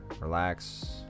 relax